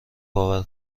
باور